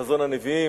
חזון הנביאים,